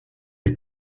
est